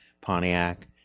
Pontiac